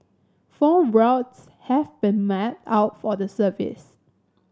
four routes have been mapped out for the service